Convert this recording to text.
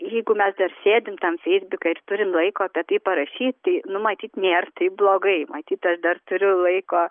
jeigu mes dar sėdim tam feisbuke turim laiko apie tai parašyti nu matyti nėr taip blogai matytas matyt aš dar turiu laiko